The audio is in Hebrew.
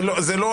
זה לא,